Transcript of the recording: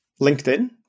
LinkedIn